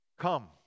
Come